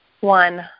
one